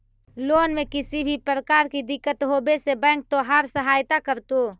loan में किसी भी प्रकार की दिक्कत होवे से बैंक तोहार सहायता करतो